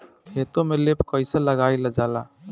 खेतो में लेप कईसे लगाई ल जाला?